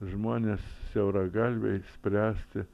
žmonės siauragalviai spręsti